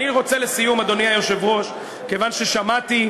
ואני רוצה לסיום, אדוני היושב-ראש, כיוון ששמעתי,